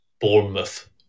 Bournemouth